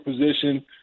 position